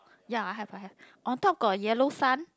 ya I have I have on top got yellow sun